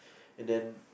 and then